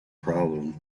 problem